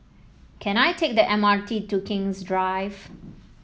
can I take the M R T to King's Drive